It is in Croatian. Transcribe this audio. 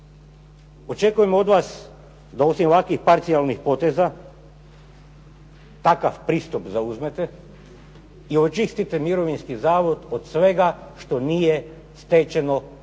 Očekujemo od vas da osim ovakvih parcijalnih poteza takav pristup zauzmete i očistite mirovinski zavod od svega što nije stečeno na